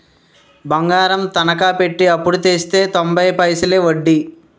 బంగారం తనకా పెట్టి అప్పుడు తెస్తే తొంబై పైసలే ఒడ్డీ